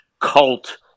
cult